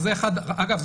אגב,